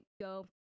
go